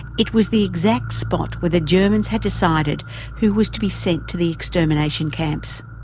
it was the exact spot where the germans had decided who was to be sent to the extermination camps.